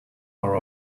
are